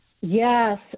Yes